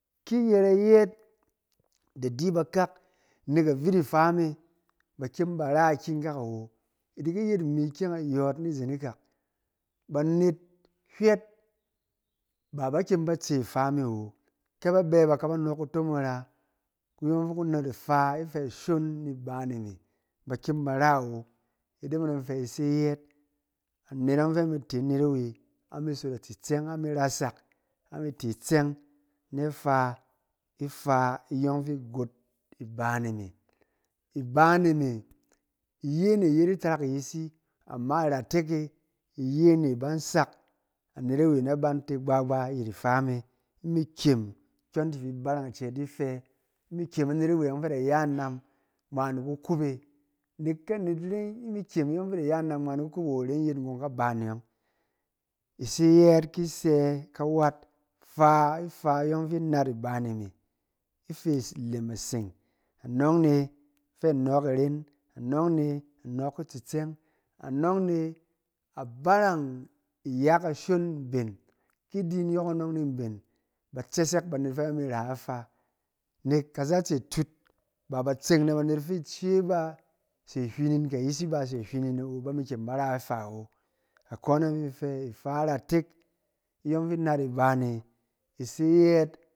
Ki iyɛrɛ yɛɛt ida di ba bakak nek avit ifa me bakyɛm ban a ikikak a wo. Idiki yet imi ikyɛng ayɔɔd ni izen ikak banet hwɛt b aba kem bat se ifa me awo ke babɛ ba kaba nɔɔk kutomong ira ku yɔng fi ku naad ifa ifɛ ashon ni ibaane me bakem ba rawo, ide me dɔng in fɛ is yɛɛt anet yɔng fɛ a mi tea net awe, ami sot atsifsɛng ami rasa kami te itsɛng na if a ifa iyɔng fi igot ibaane me. Ibaane me iye ne iyet itarak ayisi, amma iratek e yene ibang a sak anet awe na bang te gba-gba ayit ifa meimi kem, kyɔnti ibarang cɛɛt di fɛ, imi kyɛm anet yɔng fi ida ya inam mgma ni kukub ɛ. Nek kɛ anet ren, amikem ayɔng fi ida iya inam mgma ni kukub e a wo iren yet ngon ka bane yɔng. Ise yɛɛt ki isɛ kawat fa ifa yɔng fi inaad ibaane me ifi item iseng, anɔng ne fɛ anɔɔk iren, anɔng ne anɔɔk kutstsɛng, anɔng ne abarang iyakashon mben. Ki di yin yɔkɔnɔng ni mben batsɛsɛk banet fɛ ba mi ra ifa nek kazatse tud ba batseng na banet fi ice ba se nwinin, ke ayisi ba sehwinin awo bami kem bar a ifa awo. Akɔn e yɔng fi in fe ifa iratek iyɔng fi inaad ibaane ise yɛɛt.